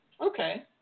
Okay